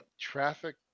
traffic